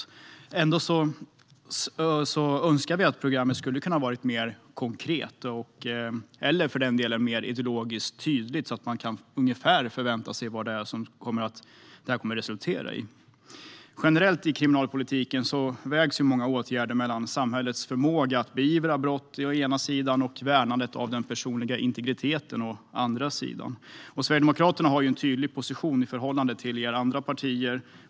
Däremot önskar vi att programmet vore mer konkret eller mer ideologiskt tydligt så att man vet ungefär vad man kan förvänta sig att det kommer att resultera i. Generellt i kriminalpolitiken vägs många åtgärder mellan samhällets förmåga att beivra brott å ena sidan och värnandet av den personliga integriteten å andra sidan. Sverigedemokraterna har en tydlig position i förhållande till er andra partier.